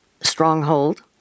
stronghold